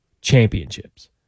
championships